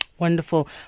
Wonderful